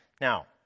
Now